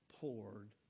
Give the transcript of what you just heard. Poured